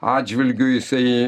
atžvilgiu jisai